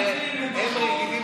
הם הרי רגילים